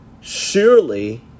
Surely